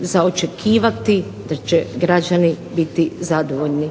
za očekivati da će građani biti zadovoljni.